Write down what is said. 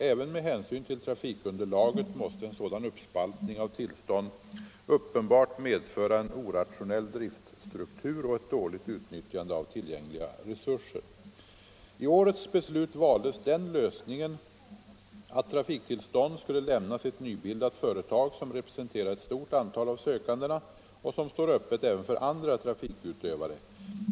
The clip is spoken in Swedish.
Även med hänsyn till trafikunderlaget måste en sådan uppspaltning av tillstånd uppenbart medföra en orationell driftstruktur och ett dåligt utnyttjande av tillgängliga resurser. I årets beslut valdes den lösningen att trafiktillstånd skulle lämnas ett nybildat företag som representerar ett stort antal av sökandena och som står öppet även för andra trafikutövare.